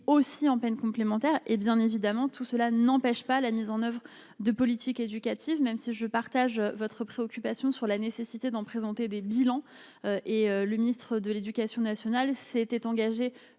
aussi en peine complémentaire et, bien évidemment, tout cela n'empêche pas la mise en oeuvre de politique éducative, même si je partage votre préoccupation sur la nécessité d'en présenter des bilans et le ministre de l'Éducation nationale s'était engagée